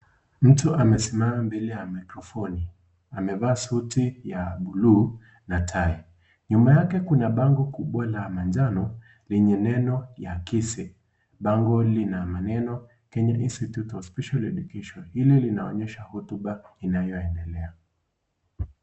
Mtu amesimama mbele ya maiklrofoni, amevaa suti, ya, buluu, na tai. Nyuma yake kuna bango kubwa la manjano, lenye neno ya KISE, bango lina maneno, (cs) Kenya Institute of Special Education (cs), hili linaonyesha hotuba, inayo endelea.